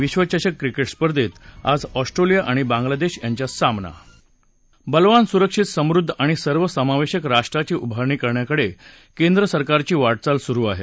विश्वचषक क्रिकेट स्पर्धेत आज ऑस्ट्रेलिया आणि बांगलादेश यांच्यात सामना बलवान सुरक्षित समृद्ध आणि सर्वसमावेशक राष्ट्राची उभारणी करण्याकडे केंद्र सरकारची वाटचाल सुरु आहे